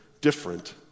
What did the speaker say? different